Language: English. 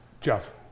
Jeff